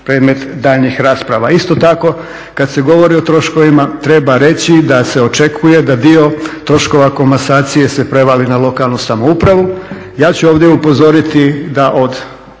predmet daljnjih rasprava. Isto tako kad se govori o troškovima treba reći da se očekuje da dio troškova komasacije se prevali na lokalnu samoupravu. Ja ću ovdje upozoriti da od